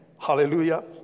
Hallelujah